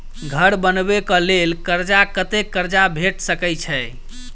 घर बनबे कऽ लेल कर्जा कत्ते कर्जा भेट सकय छई?